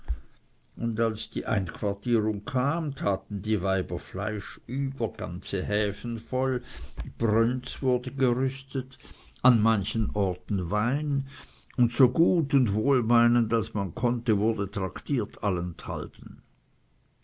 und als die einquartierung kam taten die weiber fleisch über ganze häfen voll brönz wurde gerüstet an manchen orten wein und so gut und wohlmeinend als man konnte wurde traktiert